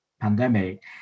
pandemic